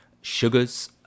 sugars